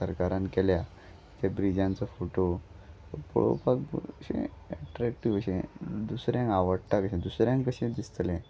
सरकारान केल्या त्या ब्रिजांचो फोटो पळोवपाक अशें ऍट्रॅक्टीव अशें दुसऱ्यांक आवडटा कशें दुसऱ्यांक कशें दिसतलें